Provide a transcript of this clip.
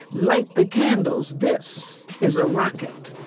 light the candles, this is a rocket,